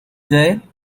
jail